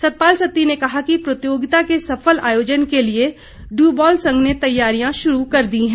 सतपाल सत्ती ने कहा कि प्रतियोगिता के सफल आयोजन के लिए ड्यूबॉल संघ ने तैयारियां शरू कर दी हैं